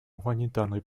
гуманитарной